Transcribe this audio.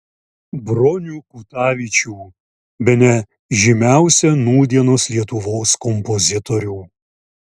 bronių kutavičių bene žymiausią nūdienos lietuvos kompozitorių